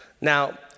Now